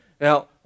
Now